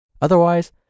Otherwise